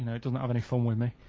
it doesn't have any fun with me,